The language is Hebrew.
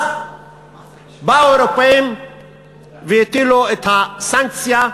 אז באו האירופים והטילו את הסנקציה,